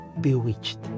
bewitched